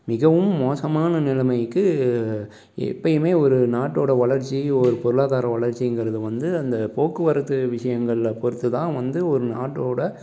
மிகவும் மோசமான நிலைமைக்கு எப்பையுமே ஒரு நாட்டோடய வளர்ச்சி ஒரு பொருளாதார வளர்ச்சிங்கிறது வந்து அந்த போக்குவரத்து விஷயங்களில் பொருத்து தான் வந்து ஒரு நாட்டோடய